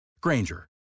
Granger